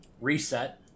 Reset